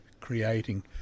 creating